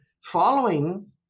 following